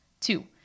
Two